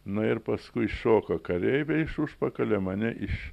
na ir paskui iššoko kareiviai iš užpakalio mane iš